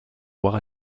loire